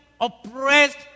oppressed